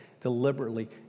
deliberately